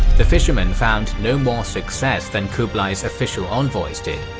the fishermen found no more success than kublai's official envoys did.